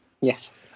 Yes